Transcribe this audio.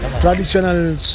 traditional